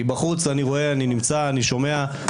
כי בחוץ אני רואה, אני נמצא, אני שומע.